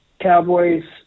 Cowboys